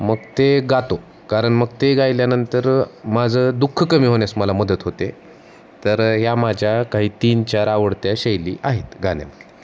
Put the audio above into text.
मग ते गातो कारण मग ते गायल्यानंतर माझं दुःख कमी होण्यास मला मदत होते तर या माझ्या काही तीन चार आवडत्या शैली आहेत गाण्यामधल्या